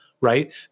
Right